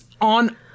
on